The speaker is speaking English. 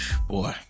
boy